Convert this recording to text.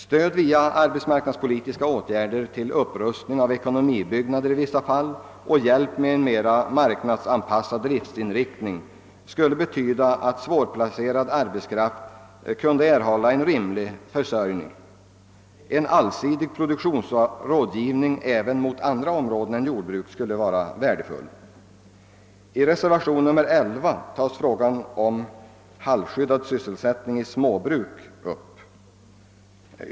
Stöd via arbetsmarknadspolitiska åtgärder till upprustning av ekonomibyggnader i vissa fall och hjälp med en mera marknadsanpassad = driftinriktning skulle betyda att svårplacerad arbetskraft kunde få en rimlig försörjning. En allsidig produktionsrådgivning även när det gäller andra områden än jordbruk skulle vara värdefull. I reservationen 12 tas frågan om halvskyddad sysselsättning på småbruk upp.